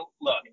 look